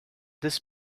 this